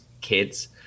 kids